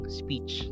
speech